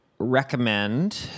recommend